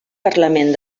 parlament